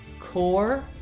core